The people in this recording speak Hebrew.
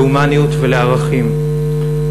להומניות ולערכים,